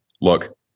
look